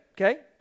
Okay